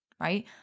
right